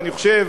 ואני חושב